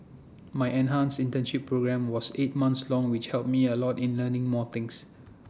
my enhanced internship programme was eight months long which helped me A lot in learning more things